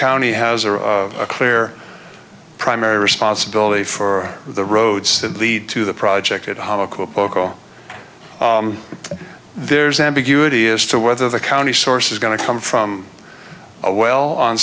county has or of a clear primary responsibility for the roads that lead to the project at hanako poco there's ambiguity as to whether the county source is going to come from a well on